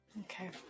okay